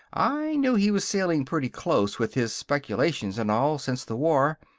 i knew he was sailing pretty close, with his speculations and all, since the war.